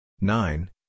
nine